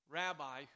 rabbi